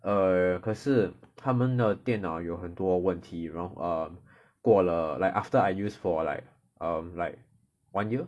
err 可是他们的电脑有很多问题然 err 过了 like after I used for like um like one year